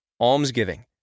almsgiving